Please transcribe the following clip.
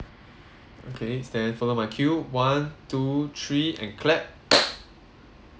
okay stand follow my cue one two three and clap